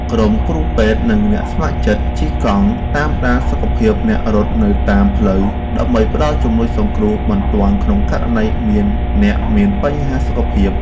ក្រុមគ្រូពេទ្យ និងអ្នកស្ម័គ្រចិត្តជិះកង់តាមដានសុខភាពអ្នករត់នៅតាមផ្លូវ ដើម្បីផ្ដល់ជំនួយសង្គ្រោះបន្ទាន់ក្នុងករណីមានអ្នកមានបញ្ហាសុខភាព។